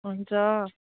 हुन्छ